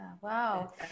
wow